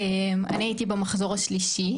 אני הייתי במחזור השלישי,